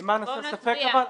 אבל למען הסר ספק,